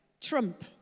Trump